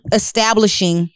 establishing